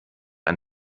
ein